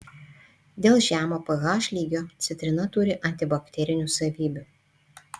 dėl žemo ph lygio citrina turi antibakterinių savybių